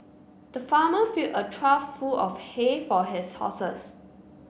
the farmer filled a trough full of hay for his horses